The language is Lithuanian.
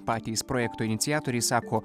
patys projekto iniciatoriai sako